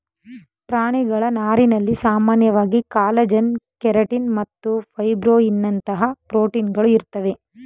ಪ್ರಾಣಿಗಳ ನಾರಿನಲ್ಲಿ ಸಾಮಾನ್ಯವಾಗಿ ಕಾಲಜನ್ ಕೆರಟಿನ್ ಮತ್ತು ಫೈಬ್ರೋಯಿನ್ನಂತಹ ಪ್ರೋಟೀನ್ಗಳು ಇರ್ತವೆ